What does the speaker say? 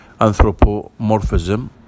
Anthropomorphism